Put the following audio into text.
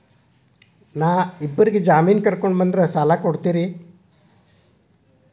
ನಾ ಇಬ್ಬರಿಗೆ ಜಾಮಿನ್ ಕರ್ಕೊಂಡ್ ಬಂದ್ರ ಸಾಲ ಕೊಡ್ತೇರಿ?